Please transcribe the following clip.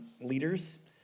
leaders